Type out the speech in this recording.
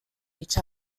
each